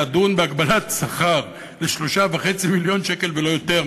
לדון בהגבלת שכר ל-3.5 מיליון שקל ולא יותר,